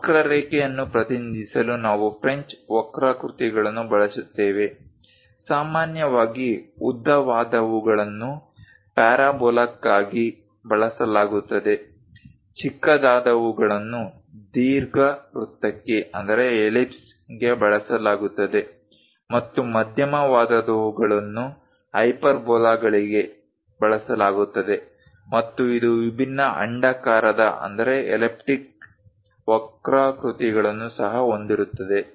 ವಕ್ರರೇಖೆ ಅನ್ನು ಪ್ರತಿನಿಧಿಸಲು ನಾವು ಫ್ರೆಂಚ್ ವಕ್ರಾಕೃತಿಗಳನ್ನು ಬಳಸುತ್ತೇವೆ ಸಾಮಾನ್ಯವಾಗಿ ಉದ್ದವಾದವುಗಳನ್ನು ಪ್ಯಾರಾಬೋಲಾಕ್ಕಾಗಿ ಬಳಸಲಾಗುತ್ತದೆ ಚಿಕ್ಕದಾದವುಗಳನ್ನು ದೀರ್ಘವೃತ್ತಕ್ಕೆ ಬಳಸಲಾಗುತ್ತದೆ ಮತ್ತು ಮಧ್ಯಮವಾದವುಗಳನ್ನು ಹೈಪರ್ಬೋಲಾಗಳಿಗೆ ಬಳಸಲಾಗುತ್ತದೆ ಮತ್ತು ಇದು ವಿಭಿನ್ನ ಅಂಡಾಕಾರದ ವಕ್ರಾಕೃತಿಗಳನ್ನು ಸಹ ಹೊಂದಿರುತ್ತದೆ